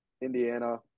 Indiana